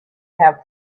have